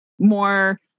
more